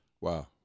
Wow